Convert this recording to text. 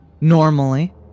normally